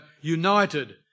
united